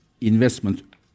investment